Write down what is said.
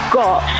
got